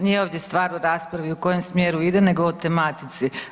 Nije ovdje stvar u raspravi u kojem smjeru ide nego o tematici.